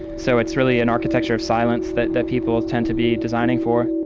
so it's really an architecture of silence that that people tend to be designing for.